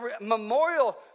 memorial